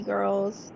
Girls